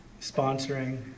sponsoring